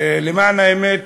למען האמת,